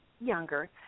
younger